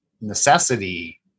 necessity